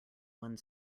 one